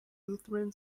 lutheran